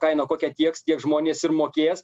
kainą kokią tieks tiek žmonės ir mokės